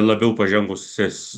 labiau pažengusios